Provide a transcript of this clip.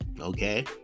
okay